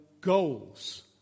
goals